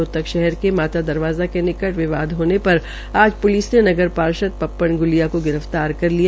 राहतक शहर के माता दरवाज़ा के निकट विवाद हाजे पर आज प्लिस ने नगर पार्षद पप्पन ग्लिया क गिर फ्तार कर लिया